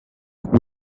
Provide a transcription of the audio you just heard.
sikh